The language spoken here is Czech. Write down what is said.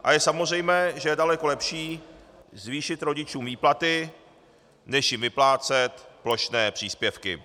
A je samozřejmé, že je daleko lepší zvýšit rodičům výplaty než jim vyplácet plošné příspěvky.